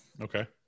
okay